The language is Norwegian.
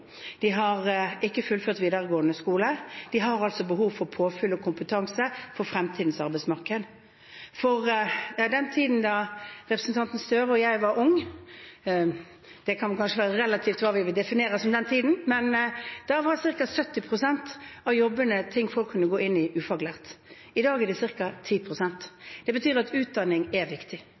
De har ikke fullført videregående skole. De har altså behov for påfyll og kompetanse for fremtidens arbeidsmarked. I den tiden representanten Gahr Støre og jeg var unge – det kan kanskje være relativt hva vi definerer som den tiden – var ca. 70 pst. av jobbene noe man kunne gå inn i som ufaglært. I dag er det ca. 10 pst. Det betyr at utdanning er viktig.